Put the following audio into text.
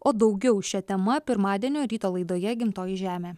o daugiau šia tema pirmadienio ryto laidoje gimtoji žemė